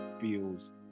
feels